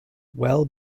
well